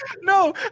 no